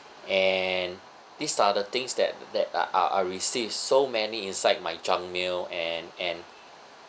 and these are the things that that I I I receive so many inside my junk mail and and